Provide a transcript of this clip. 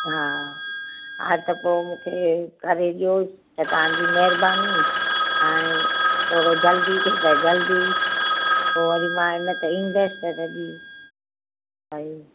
हा हा त पोइ मूंखे करे ॾियो त तव्हां जी महिरबानी त हाणे थोरो जल्दी थिए त जल्दी पोइ वरी मां न त ईंदसि त तॾहिं भई